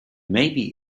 maybe